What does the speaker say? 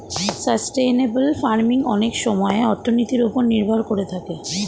sustainable farming অনেক সময়ে অর্থনীতির ওপর নির্ভর করে থাকে